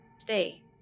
stay